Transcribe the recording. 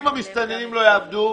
אם המסתננים לא יעבדו,